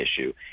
issue